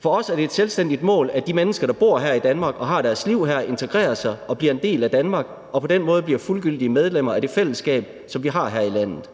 For os er det et selvstændigt mål, at de mennesker, der bor her i Danmark og har deres liv her, integrerer sig og bliver en del af Danmark og på den måde bliver fuldgyldige medlemmer af det fællesskab, som vi har her i landet.